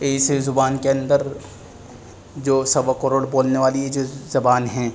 اس زبان کے اندر جو سوا کروڑ بولنے والی جس زبان ہیں